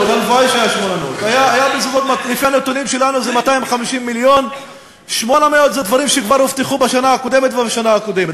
כל הדרישות שלנו כיום הסתכמו ב-1.5 מיליארד שקל.